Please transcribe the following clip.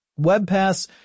WebPass